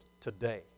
today